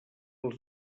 els